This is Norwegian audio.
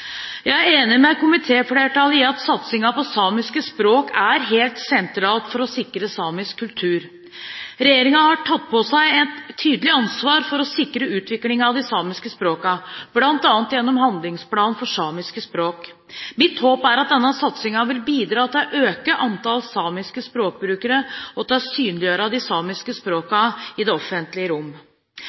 Jeg er enig med komitéflertallet i at satsingen på samiske språk er helt sentralt for å sikre samisk kultur. Regjeringen har tatt på seg et tydelig ansvar for å sikre utviklingen av de samiske språkene, bl.a. gjennom Handlingsplan for samiske språk. Mitt håp er at denne satsingen vil bidra til å øke antall samiske språkbrukere og til å synliggjøre de samiske språkene i det offentlige rom.